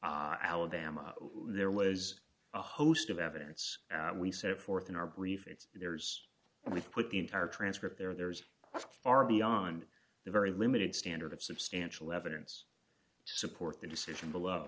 left alabama there was a host of evidence we set forth in our brief it's theirs and we put the entire transcript there there's asked are beyond the very limited standard of substantial evidence to support the decision below